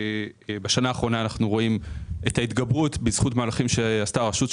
ובשנה האחרונה אנחנו רואים התגברות בזכות מהלכים שעשתה הרשות,